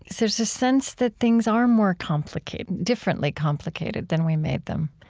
there's this sense that things are more complicated, differently complicated than we made them